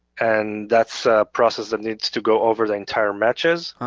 and that's a process that needs to go over the entire matches.